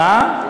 מה?